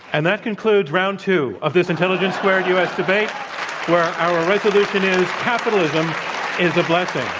and that concludes round two of this intelligence squared u. s. debate where our resolution is, capitalism is a blessing.